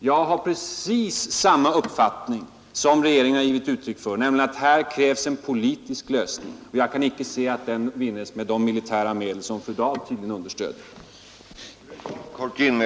Jag har precis samma uppfattning som den regeringen har givit uttryck för, nämligen att det här krävs en politisk lösning, men jag kan inte se att den kan vinnas med de militära medel som fru Dahl tydligen gillar.